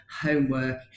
homework